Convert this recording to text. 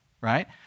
Right